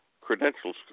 credentials